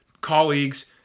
colleagues